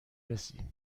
رسی